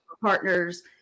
Partners